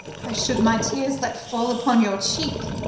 i should my tears let fall upon your cheek,